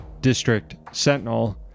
districtsentinel